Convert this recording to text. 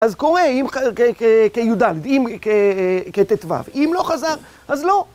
אז קורה, אם כיהודה, אם כט"ו, אם לא חזר, אז לא.